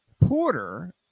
Porter